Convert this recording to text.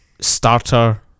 starter